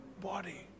body